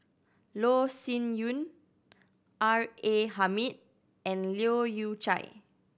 Loh Sin Yun R A Hamid and Leu Yew Chye